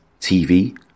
TV